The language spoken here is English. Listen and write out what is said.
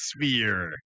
Sphere